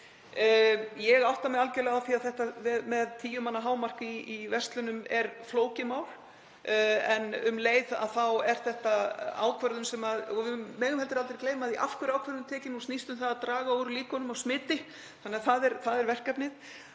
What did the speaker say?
Ég átta mig algerlega á því að þetta með tíu manna hámark í verslunum er flókið mál en um leið er þetta ákvörðun — við megum heldur aldrei gleyma því af hverju ákvörðunin er tekin. Hún snýst um að draga úr líkunum á smiti þannig að það er verkefnið.